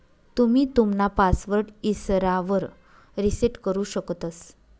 तुम्ही तुमना पासवर्ड इसरावर रिसेट करु शकतंस